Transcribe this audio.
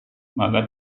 maka